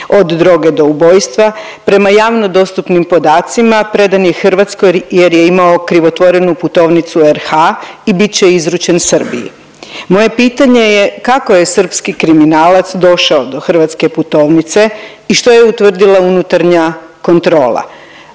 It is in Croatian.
od droge do ubojstva. Prema javno dostupnim podacima predan je Hrvatskoj jer je imao krivotvorenu putovnicu RH i bit će izručen Srbije. Moje pitanje je, kako je srpski kriminalac došao do hrvatske putovnice i što je utvrdila unutarnja kontrola?